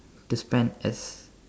to spend as